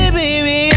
baby